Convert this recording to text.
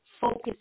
focus